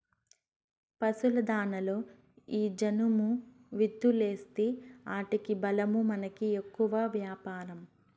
పశుల దాణాలలో ఈ జనుము విత్తూలేస్తీ ఆటికి బలమూ మనకి ఎక్కువ వ్యాపారం